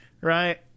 Right